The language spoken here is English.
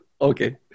okay